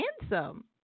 handsome